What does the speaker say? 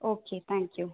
okay thank you